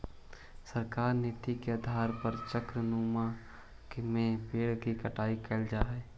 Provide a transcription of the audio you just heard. सरकारी नीति के आधार पर चक्रानुक्रम में पेड़ के कटाई कैल जा हई